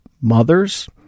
mothers